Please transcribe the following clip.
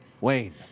Wayne